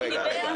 זה חדש?